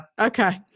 Okay